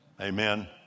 Amen